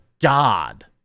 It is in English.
god